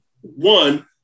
one